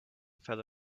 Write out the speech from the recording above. fell